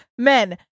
Men